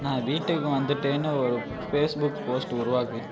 நான் வீட்டுக்கு வந்துட்டேன்னு ஒரு ஃபேஸ்புக் போஸ்ட் உருவாக்கு